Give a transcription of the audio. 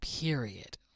Period